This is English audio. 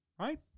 Right